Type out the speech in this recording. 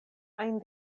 ajn